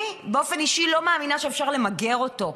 אני באופן אישי לא מאמינה שאפשר למגר אותו,